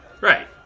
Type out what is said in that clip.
Right